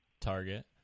Target